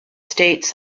states